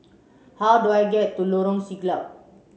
how do I get to Lorong Siglap